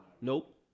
nope